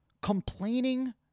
complaining